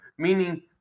meaning